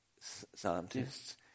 scientists